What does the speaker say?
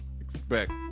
expect